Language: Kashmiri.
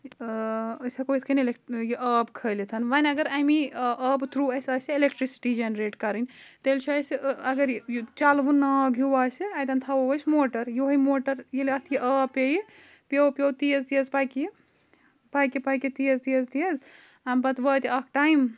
أسۍ ہٮ۪کو یِتھ کَنۍ یہِ آب کھٲلِتھ وۄنۍ اگر اَمی آبہٕ تھرٛوٗ اَسہِ آسہِ اِلٮ۪کٹِرٛکسِٹی جَنریٹ کَرٕنۍ تیٚلہِ چھُ اَسہِ اگر یہِ یہِ چَلہٕ وُن ناگ ہیوٗ آسہِ اَتٮ۪ن تھاوَو أسۍ موٹَر یِہوٚے موٹَر ییٚلہِ اَتھ یہِ آب پیٚیہِ پیوٚو پیوٚو تیز تیز پَکہِ یہِ پَکہِ پَکہِ تیز تیز تیز اَمہِ پَتہٕ واتہِ اَکھ ٹایم